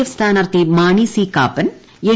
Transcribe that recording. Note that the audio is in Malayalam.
എഫ് സ്ഥാനാർത്ഥി മാണി സി കാപ്പൻ എൻ